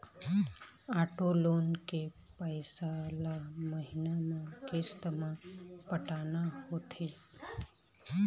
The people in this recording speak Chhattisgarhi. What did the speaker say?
आटो लोन के पइसा ल महिना म किस्ती म पटाना होथे